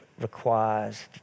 requires